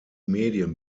medien